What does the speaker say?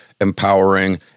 empowering